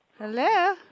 Hello